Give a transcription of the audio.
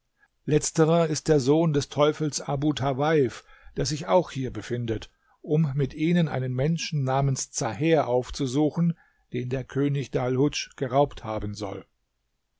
letzterer ist der sohn des teufels abu tawaif der sich auch hier befindet um mit ihnen einen menschen namens zaher aufzusuchen den der könig dalhudsch geraubt haben soll